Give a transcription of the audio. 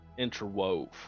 interwove